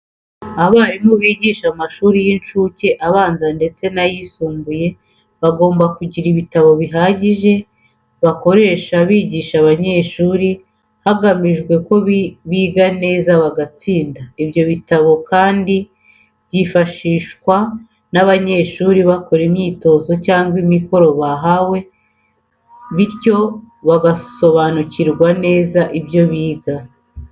Abarimu bigisha mu mashuri y'incuke, abanza ndetse n'amashuri yisumbuye bagomba kugira ibitabo bihagije bakoresha bigisha abanyeshuri, hagamijwe ko biga neza bagatsinda. Ibyo bitabo kandi byifashishwa n'abanyeshuri bakora imyitozo cyangwa imikoro bahawe, bityo bagasobanukirwa neza ibyo biga.